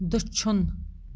دٔچھُن